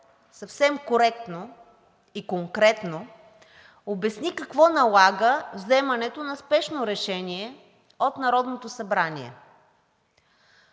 съвсем коректно и конкретно обясни какво налага вземането на спешно решение от Народното събрание.